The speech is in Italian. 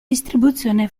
distribuzione